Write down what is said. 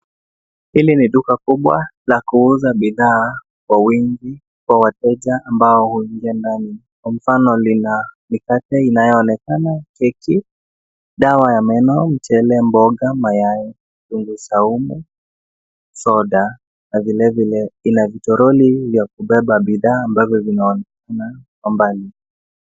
Hili ni duka kubwa la kuuza bidhaa kwa wingi kwa wateja ambao huingia ndani. Kwa mfano kina mikate inayoonekana, keki, dawa ya meno, mchele, mboga, mayai, vitunguu saumu, soda na vilevile ina vitoroli vya kubeba bidhaa ambavyo vinaonekana kwa mbali.